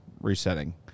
resetting